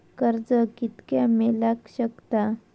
कर्ज कितक्या मेलाक शकता?